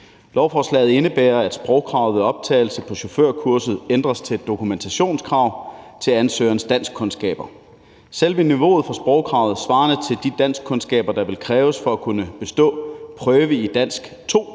Lovforslaget indebærer, at sprogkravet ved optagelse på chaufførkurset ændres til et dokumentationskrav til ansøgerens danskkundskaber. Selve niveauet for sprogkravet, svarende til de danskkundskaber, der vil kræves for at kunne bestå prøve i dansk 2,